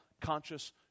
conscious